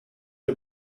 der